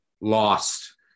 Lost